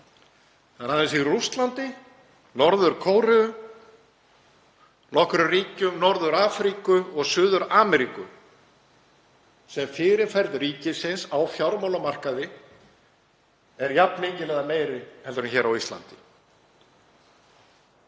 Það er aðeins í Rússlandi, Norður-Kóreu, nokkrum ríkjum Norður-Afríku og Suður-Ameríku sem fyrirferð ríkisins á fjármálamarkaði er jafn mikil eða meiri en hér á Íslandi